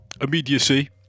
immediacy